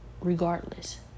Regardless